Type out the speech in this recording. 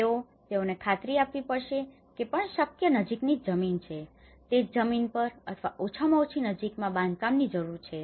તેથી તેઓને ખાતરી આપવી પડશે કે જે પણ શક્ય નજીકની જમીન છે તે જ જમીન પર અથવા ઓછામાં ઓછી નજીકમાં બાંધકામની જરૂર છે